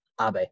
Abe